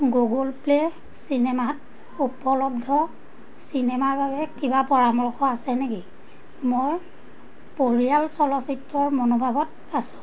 Google Play চিনেমাত উপলব্ধ চিনেমাৰ বাবে কিবা পৰামৰ্শ আছে নেকি মই পৰিয়াল চলচিত্ৰৰ মনোভাৱত আছো